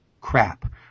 crap